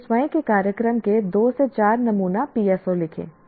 अपने स्वयं के कार्यक्रम के 2 से 4 नमूना PSO लिखें